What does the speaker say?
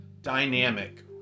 Dynamic